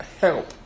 help